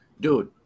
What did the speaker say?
Dude